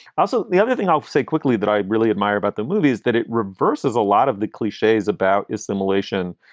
also, the other thing i'll say quickly that i really admire about the movie is that it reverses a lot of the cliches about assimilation.